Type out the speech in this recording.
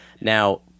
Now